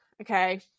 okay